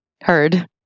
heard